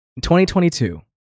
2022